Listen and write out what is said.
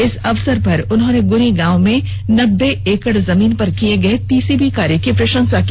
इस अवसर पर उन्होंने गुनी गांव में नब्बे एकड़ जमीन पर किये गये टीसीबी कार्य की प्रषंसा की